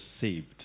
saved